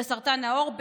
וסרטן העור,